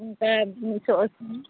ᱚᱱᱠᱟ ᱢᱤᱫᱥᱚ ᱟᱹᱥᱤ